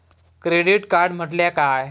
Credit card म्हटल्या काय?